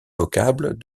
vocable